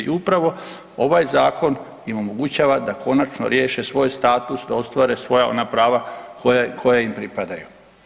I upravo ovaj zakon im omogućava da konačno riješe svoj status, da ostvare svoja ona prava koja im pripadaju.